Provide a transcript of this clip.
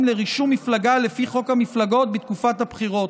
לרישום מפלגה לפי חוק המפלגות בתקופת הבחירות.